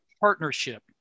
partnership